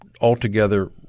altogether